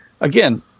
again